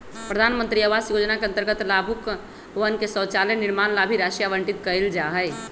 प्रधान मंत्री आवास योजना के अंतर्गत लाभुकवन के शौचालय निर्माण ला भी राशि आवंटित कइल जाहई